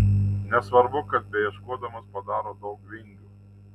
nesvarbu kad beieškodamas padaro daug vingių